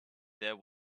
there